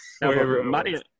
Maddie